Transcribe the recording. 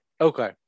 Okay